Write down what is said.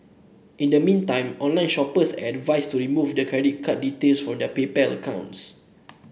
in the meantime online shoppers are advised to remove their credit card details from their PayPal accounts